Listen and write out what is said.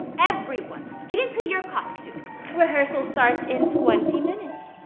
everyone, get into your costumes. rehearsal starts in twenty minutes.